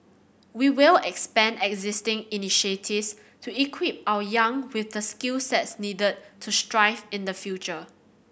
we will expand existing initiatives to equip our young with the skill sets needed to thrive in the future